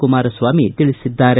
ಕುಮಾರಸ್ವಾಮಿ ತಿಳಿಸಿದ್ದಾರೆ